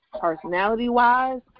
Personality-wise